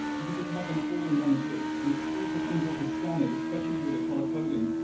you can just have them all in one view and it's super simple to scan it, especially with the colour-coding,